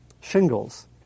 shingles